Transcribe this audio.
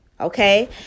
Okay